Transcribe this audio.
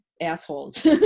assholes